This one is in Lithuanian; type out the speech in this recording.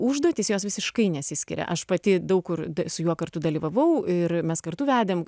užduotys jos visiškai nesiskiria aš pati daug kur su juo kartu dalyvavau ir mes kartu vedėm